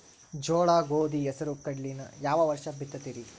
ಜೋಳ, ಗೋಧಿ, ಹೆಸರು, ಕಡ್ಲಿನ ಯಾವ ವರ್ಷ ಬಿತ್ತತಿರಿ?